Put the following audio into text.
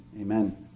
Amen